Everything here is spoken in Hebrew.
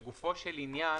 לגופו של עניין.